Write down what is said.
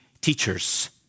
teachers